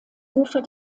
ufer